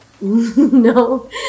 no